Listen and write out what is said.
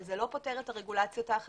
אבל זה לא פוטר את הרגולציות האחרות,